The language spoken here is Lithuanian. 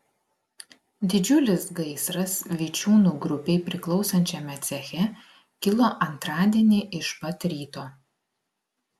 didžiulis gaisras vičiūnų grupei priklausančiame ceche kilo antradienį iš pat ryto